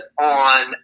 on